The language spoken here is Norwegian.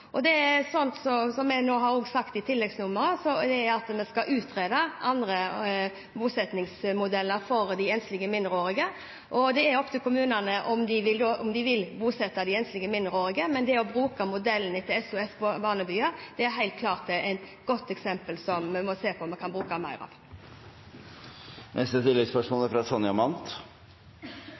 Som vi også har sagt i tilleggsnummeret, skal vi utrede andre bosettingsmodeller for de enslige mindreårige, og det er opp til kommunene om de vil bosette enslige mindreårige. Men det å bruke modellen til SOS-barnebyer, som helt klart er et godt eksempel, må vi se på om vi kan gjøre mer av.